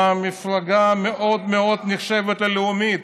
במפלגה שנחשבת למאוד מאוד לאומית.